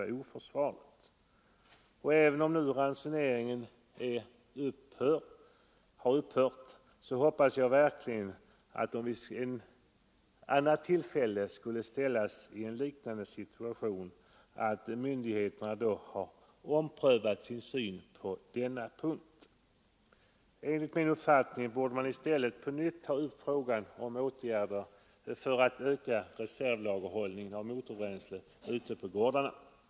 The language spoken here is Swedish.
Trots att ransoneringen nu har upphört hoppas jag verkligen, om vi vid ett annat tillfälle skulle ställas i en liknande situation, att myndigheterna då skall ha omprövat sin syn på denna punkt. Enligt min uppfattning borde i stället frågan om åtgärder för att öka en reservlagerhållning av motorbränsle ute på gårdarna tas upp på nytt.